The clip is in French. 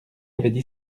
avaient